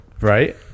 right